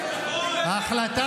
בגלל זה